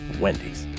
Wendy's